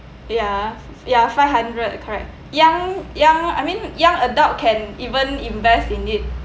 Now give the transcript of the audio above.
ya ya five hundred correct young young I mean young adult can even invest in it